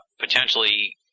potentially –